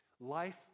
Life